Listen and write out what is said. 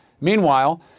Meanwhile